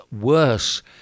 worse